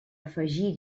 afegir